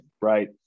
right